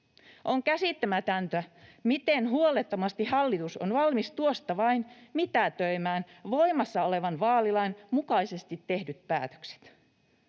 On käsittämätöntä, miten huolettomasti hallitus on valmis tuosta vain mitätöimään voimassa olevan vaalilain mukaisesti tehdyt päätökset.